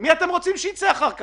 מי אתם רוצים שיצא אחר כך?